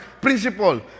Principle